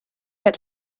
get